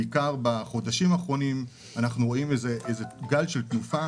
בעיקר בחודשים האחרונים אנחנו רואים גל של תנופה.